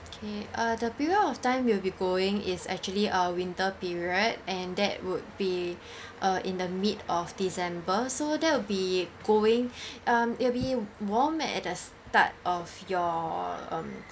okay uh the period of time we'll be going is actually uh winter period and that would be uh in the mid of december so that will be going um it'll be more warm at the start of your um